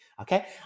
Okay